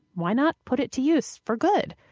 why not put it to use for good?